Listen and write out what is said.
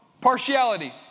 partiality